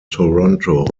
toronto